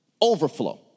overflow